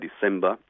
December